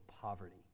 poverty